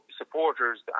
supporters